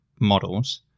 models